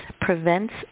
prevents